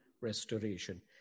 restoration